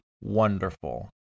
wonderful